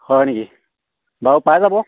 হয় নেকি বাৰু পাই যাব